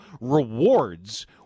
rewards –